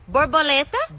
Borboleta